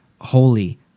holy